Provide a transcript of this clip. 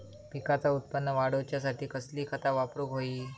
पिकाचा उत्पन वाढवूच्यासाठी कसली खता वापरूक होई?